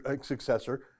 successor